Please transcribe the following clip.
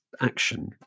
action